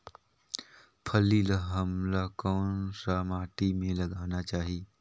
फल्ली ल हमला कौन सा माटी मे लगाना चाही?